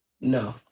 no